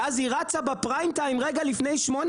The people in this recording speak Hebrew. ואז היא רצה בפריים טיים רגע לפני שמונה